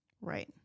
Right